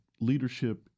leadership